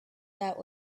that